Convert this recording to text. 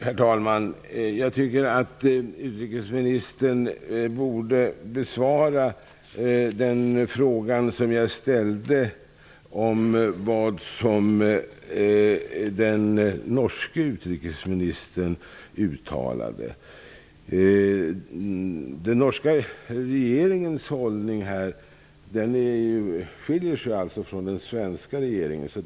Herr talman! Jag tycker att utrikesministern borde besvara den fråga som jag ställde om den norske utrikesministerns uttalande. Här skiljer sig den norska regeringens hållning från den svenska regeringens.